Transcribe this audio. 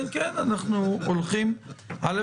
כן, כן, קודם כול אנחנו הולכים ומשתפרים.